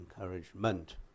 encouragement